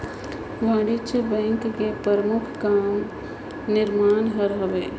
वाणिज्य बेंक के परमुख काम निरमान हर हवे